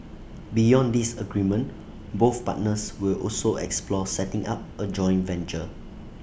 beyond this agreement both partners will also explore setting up A joint venture